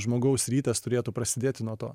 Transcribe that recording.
žmogaus rytas turėtų prasidėti nuo to